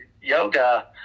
yoga